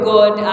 God